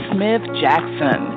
Smith-Jackson